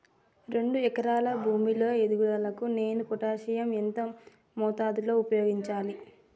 రెండు ఎకరాల భూమి లో ఎదుగుదలకి నేను పొటాషియం ఎంత మోతాదు లో ఉపయోగించాలి?